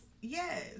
yes